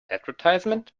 advertisement